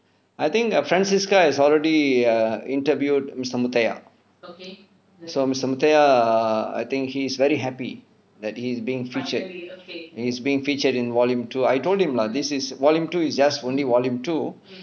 I think err francisca is already err interviewed mister muttaiyah so mister muttaiyah err I think he is very happy that he is being featured is being featured in volume two I told him lah this is volume two is just only volume two